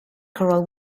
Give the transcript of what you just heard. choral